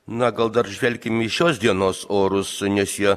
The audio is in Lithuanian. na gal dar žvelkime į šios dienos orus nes jie